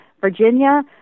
Virginia